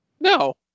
No